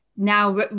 now